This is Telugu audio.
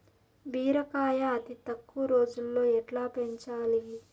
బీరకాయ అతి తక్కువ రోజుల్లో ఎట్లా పెంచాలి?